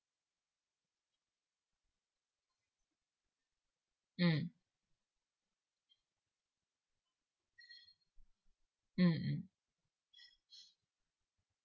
mm mm mm